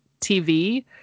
TV